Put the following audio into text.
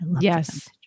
Yes